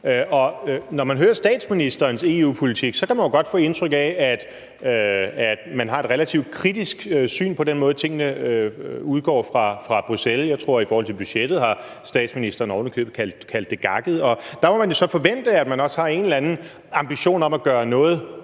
Og når man hører statsministerens EU-politik, kan man jo godt få indtryk af, at man har et relativt kritisk syn på den måde, tingene udgår fra Bruxelles på. I forhold til budgettet har statsministeren ovenikøbet kaldt det gakket. Så må man jo så forvente, at man også har en eller anden ambition om at gøre noget